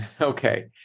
Okay